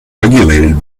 regulated